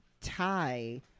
tie